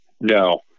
No